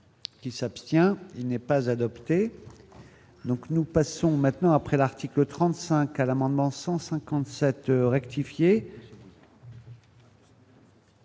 Qui s'abstient, il n'est pas adoptée, donc nous passons maintenant, après l'article 35 à l'amendement 157 rectifier.